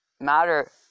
matter